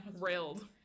Railed